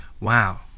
Wow